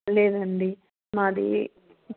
లేదండి మాదీ